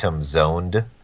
Zoned